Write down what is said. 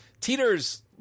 Teeter's